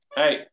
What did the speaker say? hey